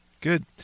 Good